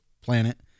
planet